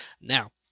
now